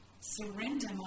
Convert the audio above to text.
surrender